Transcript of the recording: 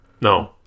No